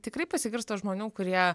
tikrai pasigirsta žmonių kurie